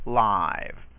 live